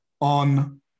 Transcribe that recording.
on